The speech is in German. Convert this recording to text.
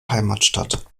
heimatstadt